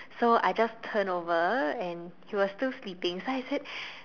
so I just turned over and he was still sleeping so I said